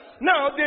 now